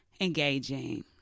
engaging